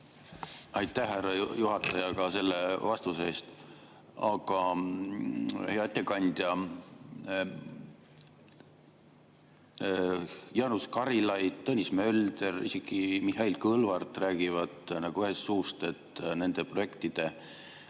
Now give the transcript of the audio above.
Aitäh, härra juhataja, ka selle vastuse eest! Aga hea ettekandja Jaanus Karilaid, Tõnis Mölder, isegi Mihhail Kõlvart räägivad nagu ühest suust, et nende projektide